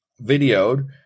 videoed